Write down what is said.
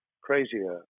crazier